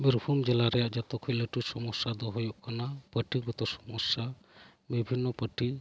ᱵᱤᱨᱵᱷᱩᱢ ᱡᱮᱞᱟ ᱨᱮᱭᱟᱜ ᱡᱚᱛᱚ ᱠᱷᱚᱱ ᱞᱟᱹᱴᱩ ᱥᱚᱢᱚᱥᱥᱟ ᱫᱚ ᱦᱩᱭᱩᱜ ᱠᱟᱱᱟ ᱯᱟᱴᱤ ᱜᱚᱛᱚ ᱥᱚᱢᱚᱥᱥᱟ ᱵᱤᱵᱷᱤᱱᱱᱚ ᱯᱟᱴᱤ